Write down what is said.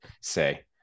say